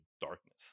darkness